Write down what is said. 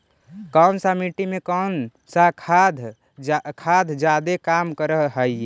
कौन सा मिट्टी मे कौन सा खाद खाद जादे काम कर हाइय?